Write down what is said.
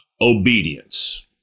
obedience